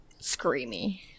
screamy